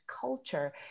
culture